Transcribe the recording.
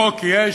חוק יש,